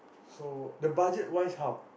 so the budget wise how